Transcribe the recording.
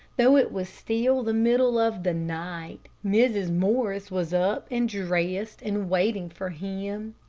though it was still the middle of the night, mrs. morris was up and dressed and waiting for him.